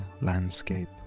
landscape